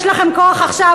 יש לכם כוח עכשיו.